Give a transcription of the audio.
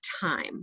time